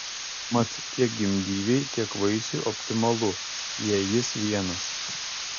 mat tiek gimdyvei tiek vaisiui optimalu jei jis vienas